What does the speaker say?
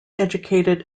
educated